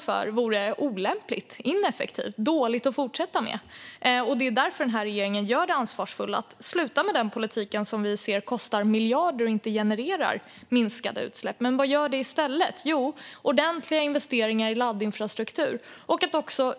Det vore olämpligt, ineffektivt och dåligt att fortsätta med detta. Det är därför regeringen gör det ansvarsfulla att sluta med den politiken, som vi ser kostar miljarder och inte genererar minskade utsläpp Vad gör regeringen i stället? Jo, ordentliga investeringar i laddinfrastruktur.